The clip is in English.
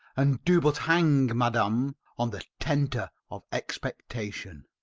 and do but hang, madam, on the tenter of expectation.